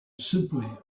simply